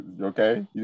okay